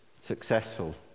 successful